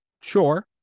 sure